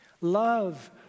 Love